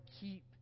keep